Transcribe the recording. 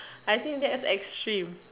I think that's extreme